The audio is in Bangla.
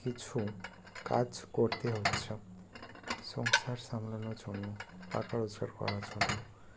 কিছু কাজ করতে হচ্ছে সংসার সামলানোর জন্য টাকা রোজগার করার জন্য